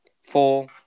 Four